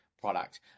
product